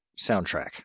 soundtrack